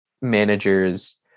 managers